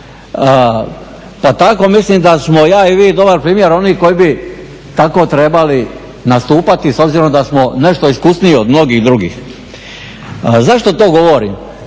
Pa tako mislim da smo ja i vi dobar primjer onih koji bi tako trebali nastupati s obzirom da smo nešto iskusniji od mnogih drugih. Zašto to govorim?